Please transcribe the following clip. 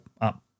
up